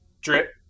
drip